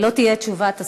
לא תהיה תשובת השר.